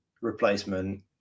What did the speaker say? replacement